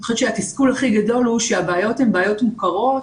אני חושבת שהתסכול הכי גדול הוא שהבעיות בעיות מוכרות.